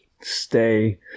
stay